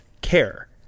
care